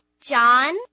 John